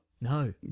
No